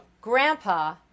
Grandpa